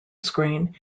screen